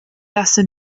lasse